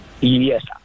Yes